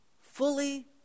fully